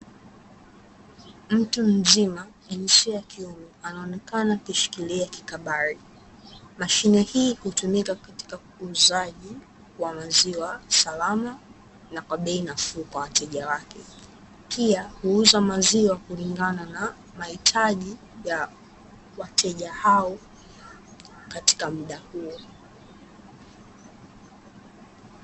Mtu mzima jinsia ya kiume anaonekana akishikilia kikabari. Mashine hii hutumika katika uuzaji wa maziwa salama na kwa bei nafuu kwa wateja wake. Pia huuza maziwa kulingana na mahitaji ya wateja hao katika muda huo.